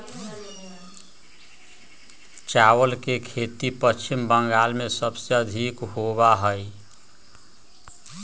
चावल के खेती पश्चिम बंगाल में सबसे अधिक होबा हई